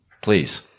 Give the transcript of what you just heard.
please